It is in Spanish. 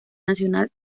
nacional